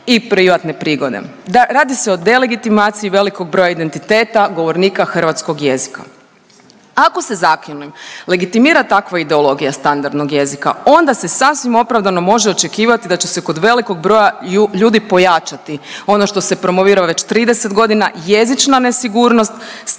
i privatne prigode. Da, radi se o delegitimaciji velikog broja identiteta govornika hrvatskog jezika. Ako se zakonom legitimira takva ideologija standardnog jezika onda se sasvim opravdano može očekivati da će se kod velikog broja ljudi pojačati ono što se promovira već 30 godina jezična nesigurnost, strah od